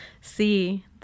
see